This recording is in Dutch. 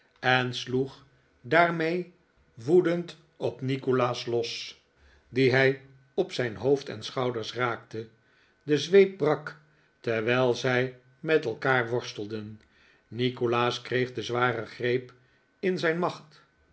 sloeg daar mee woedend op nikolaas los dien hij op zijn hoofd en schouders raakte de zweep brak terwijl zij met elkaar worstelden nikolaas kreeg de zware greep in zijn macht